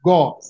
God